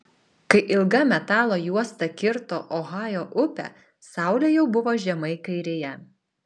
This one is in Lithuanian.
kai ilga metalo juosta kirto ohajo upę saulė jau buvo žemai kairėje